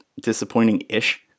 disappointing-ish